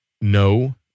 No